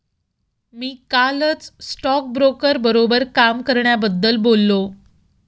मी कालच स्टॉकब्रोकर बरोबर काम करण्याबद्दल बोललो